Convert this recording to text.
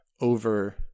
over